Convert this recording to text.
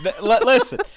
Listen